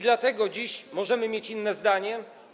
Dlatego dziś możemy mieć inne zdanie.